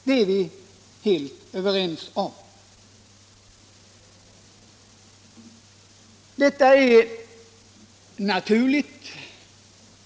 Det är vi helt överens om, och detta är naturligt.